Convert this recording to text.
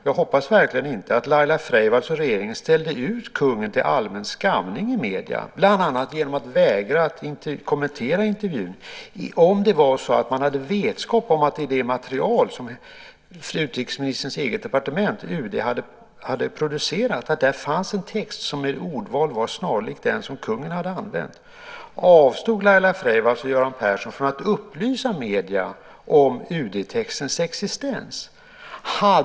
Jag hoppas verkligen inte att Laila Freivalds och regeringen ställde ut kungen till allmän "skamning" i medierna, bland annat genom att vägra att kommentera intervjun, om man hade vetskap om att det i det material som utrikesministerns eget departement, UD, hade producerat fanns en text som i ordval var snarlik den som kungen hade använt. Avstod Laila Freivalds och Göran Persson från att upplysa medierna om UD-textens existens?